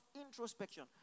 introspection